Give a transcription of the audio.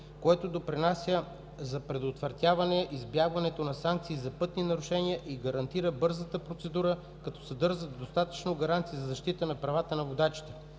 което допринася за предотвратяване избягването на санкции за пътни нарушения и гарантира бърза процедура, като съдържа достатъчно гаранции за защита правата на водачите.